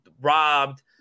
robbed